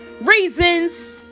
Reasons